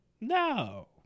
no